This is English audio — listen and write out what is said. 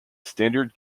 standard